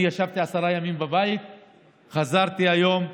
אני ישבתי עשרה ימים בבית וחזרתי היום.